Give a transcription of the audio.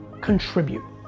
contribute